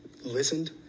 listened